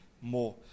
more